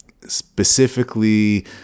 specifically